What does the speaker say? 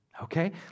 Okay